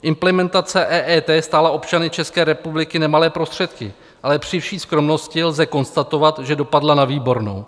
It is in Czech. Implementace EET stála občany České republiky nemalé prostředky, ale při vší skromnosti lze konstatovat, že dopadla na výbornou.